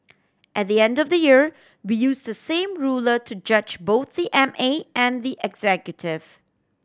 at the end of the year we use the same ruler to judge both the M A and the executive